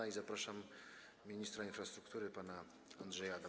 I zapraszam ministra infrastruktury pana Andrzeja